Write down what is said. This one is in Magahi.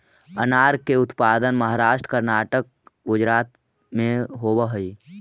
अनार के उत्पादन महाराष्ट्र, कर्नाटक, गुजरात में होवऽ हई